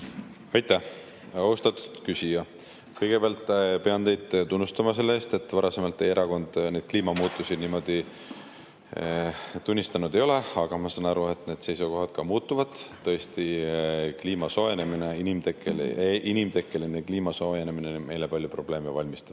Aitäh! Austatud küsija! Kõigepealt pean teid tunnustama selles eest, et kuigi varasemalt teie erakond kliimamuutusi niimoodi tunnistanud ei ole, siis ma saan aru, et need seisukohad muutuvad. Tõesti, kliimasoojenemine, inimtekkeline kliimasoojenemine, meile palju probleeme valmistab,